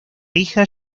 hija